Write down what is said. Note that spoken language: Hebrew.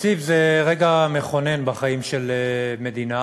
תקציב זה רגע מכונן בחיים של מדינה,